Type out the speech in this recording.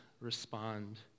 respond